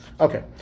Okay